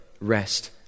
rest